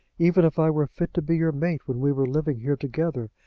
even if i were fit to be your mate when we were living here together,